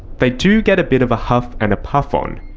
they do get a bit of a huff and a puff on,